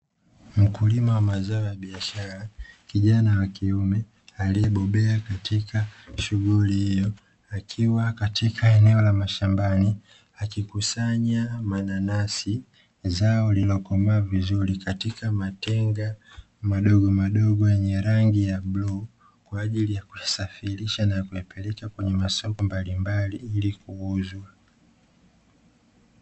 Mkulima wa mazao ya biashara kijana wa kiume, aliyebobea katika shughuli hiyo akiwa katika eneo la mashambani, akikusanya mananasi zao lililokomaa vizuri katika matenga madogomadogo yenye rangi ya bluu, kwa ajili ya kuyasafirisha na kuyapeleka kwenye masoko mbalimbali ili kuuzwa.